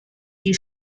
die